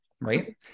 right